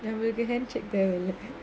then you can check their lips